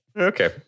Okay